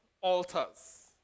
altars